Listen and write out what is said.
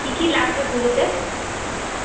কী কী লাগবে পুজোতে